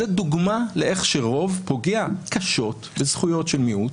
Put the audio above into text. זו דוגמה לאיך שרוב פוגע קשות בזכויות של מיעוט,